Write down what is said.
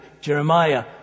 Jeremiah